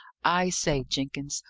i say, jenkins,